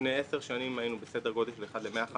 לפני עשר שנים היינו בסדר גודל של 1 ל-150.